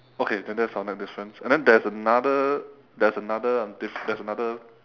okay then that's our next difference and then there's another there's another uh diff~ there's another